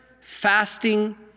fasting